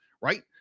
Right